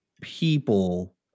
people